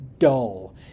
Dull